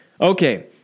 Okay